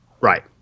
right